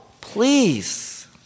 please